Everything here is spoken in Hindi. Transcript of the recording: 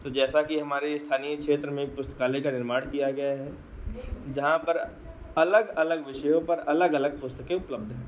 तो जैसा कि हमारे स्थानीय क्षेत्र में भी पुस्तकालय का निर्माण किया गया है जहाँ पर अलग अलग विषयों पर अलग अलग पुस्तकें उपलब्ध हैं